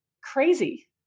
crazy